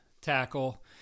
tackle